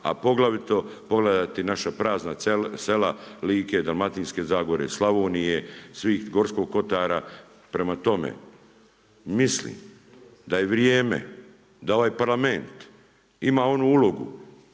pogledati naša prazna sela Like, Dalmatinske zagore, Slavonije, svih, Gorskog kotara. Prema tome, mislim da je vrijeme da ovaj Parlament ima onu ulogu